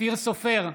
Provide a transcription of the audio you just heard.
אופיר סופר,